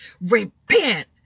repent